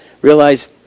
realize